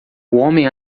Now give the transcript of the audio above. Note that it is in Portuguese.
homem